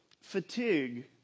Fatigue